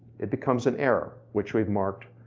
it becomes an error, which we've marked.